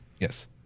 yes